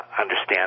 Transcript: understand